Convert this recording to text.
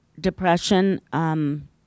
depression